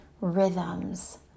rhythms